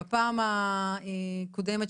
בפעם הקודמת,